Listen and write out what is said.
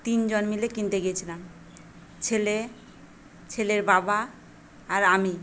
তিনজন মিলে কিনতে গিয়েছিলাম ছেলে ছেলের বাবা আর আমি